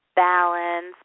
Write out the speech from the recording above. Balance